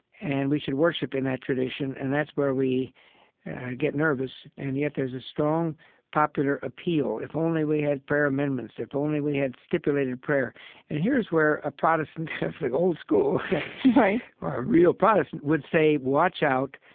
and we should worship in that tradition and that's where we get nervous, and yet there's a strong popular appeal. if only we had prayer amendments. if only we had stipulated prayer and here's where a protestant of the old school or a real protestant would say, watch out.